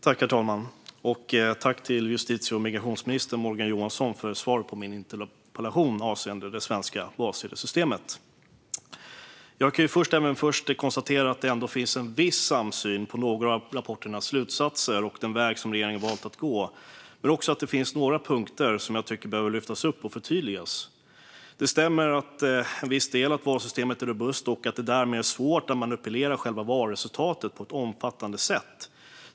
Herr talman! Tack till justitie och migrationsminister Morgan Johansson för svaret på min interpellation avseende det svenska valsedelssystemet! Jag kan först konstatera att det finns viss samsyn på några av rapporternas slutsatser och den väg som regeringen valt att gå. Men det finns också några punkter som jag tycker behöver lyftas upp och förtydligas. Det stämmer till viss del att valsystemet är robust och att det därmed är svårt att manipulera själva valresultatet på ett omfattande sätt.